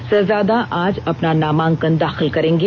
षहजादा आज अपना नामांकन दाखिल करेंगें